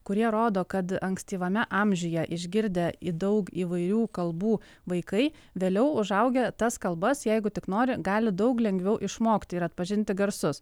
kurie rodo kad ankstyvame amžiuje išgirdę į daug įvairių kalbų vaikai vėliau užaugę tas kalbas jeigu tik nori gali daug lengviau išmokti ir atpažinti garsus